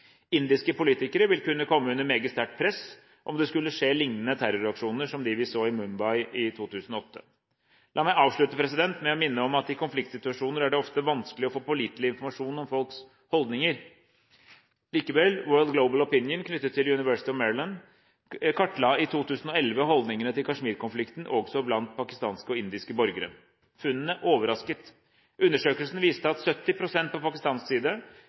Indiske politikere vil kunne komme under meget sterkt press om det skulle skje liknende terroraksjoner som dem vi så i Mumbai i 2008. La meg avslutte med å minne om at i konfliktsituasjoner er det ofte vanskelig å få pålitelig informasjon om folks holdninger. Likevel: World Global Opinion, knyttet til University of Maryland, kartla i 2011 holdningene til Kashmir-konflikten, også både blant pakistanske og indiske borgere. Funnene overrasket. Undersøkelsen viste at 70 pst. på pakistansk side